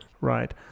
right